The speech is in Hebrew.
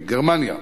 גרמניה,